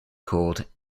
called